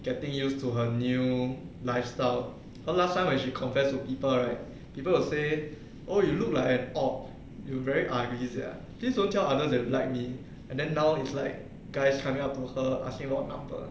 getting used to her new lifestyle cause last time when she confessed to people right people will say oh you look like an orc you very ugly sia please don't tell people that you like me and then now is like guys coming up to her asking for her number